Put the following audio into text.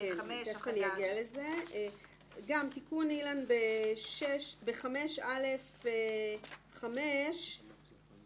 אני צריכה לדבר עם אילן איפה הוא רוצה להכניס את זה.